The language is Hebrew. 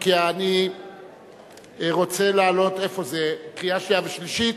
כי אני רוצה להעלות לקריאה שנייה ושלישית.